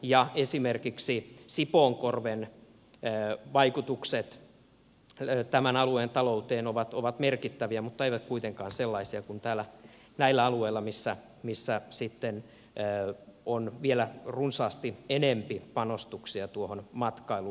ja esimerkiksi sipoonkorven vaikutukset tämän alueen talouteen ovat merkittäviä mutta eivät kuitenkaan sellaisia kuin näillä alueilla missä sitten on vielä runsaasti enempi panostuksia tuohon matkailuun